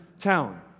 town